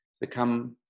become